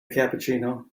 cappuccino